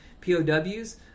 POWs